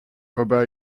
waarbij